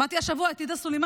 שמעתי השבוע את עאידה סלימאן,